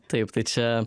taip tai čia